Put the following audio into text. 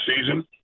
season